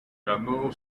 ganó